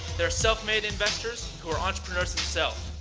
they're self-made investors who are entrepreneurs themselves.